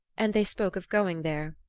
and they spoke of going there.